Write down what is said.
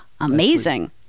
amazing